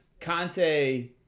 Conte